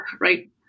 right